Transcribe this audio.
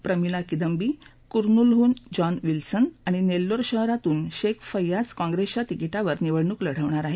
प्रमिला किदंबी कुर्नुलह्न John Wilson आणि नेल्लोर शहरातून शेख फैयाज काँप्रेसच्या तिकीटावर निवडणूक लढवणार आहेत